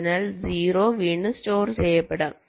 അതിനാൽ 0 വീണ്ടും സ്റ്റോർ ചെയ്യപ്പെടും